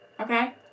okay